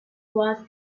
was